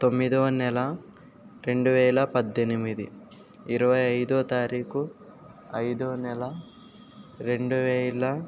తొమ్మిదో నెల రెండువేల పద్దెనిమిది ఇరవై ఐదో తారీఖు ఐదో నెల రెండువేల